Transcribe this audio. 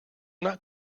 not